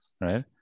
right